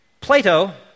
Plato